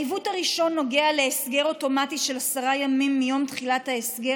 העיוות הראשון נוגע להסגר אוטומטי של עשרה ימים מיום תחילת ההסגר,